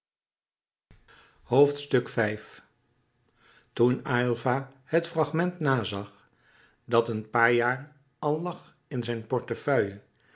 toen aylva het fragment nazag dat een paar jaar al lag in zijn portefeuille